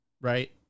right